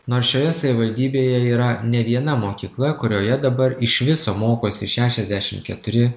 nors šioje savivaldybėje yra ne viena mokykla kurioje dabar iš viso mokosi šešiasdešim keturi